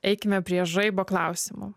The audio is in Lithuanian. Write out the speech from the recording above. eikime prie žaibo klausimų